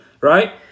Right